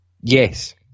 Yes